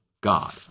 God